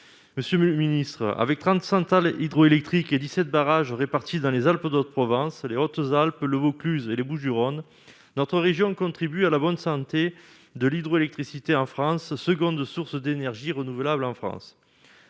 monsieur le ministre, avec 30 centrales hydroélectriques et 17 barrages répartis dans les Alpes-de-Haute-Provence, les Hautes-Alpes, le Vaucluse et les Bouches-du-Rhône, notre région contribue à la bonne santé de l'hydroélectricité en France seconde source d'énergie renouvelable en France,